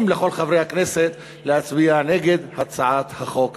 לכל חברי הכנסת להצביע נגד הצעת החוק הזו.